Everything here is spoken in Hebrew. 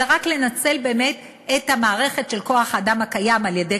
אלא רק לנצל את המערכת של כוח-האדם הקיים על-ידי,